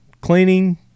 Cleaning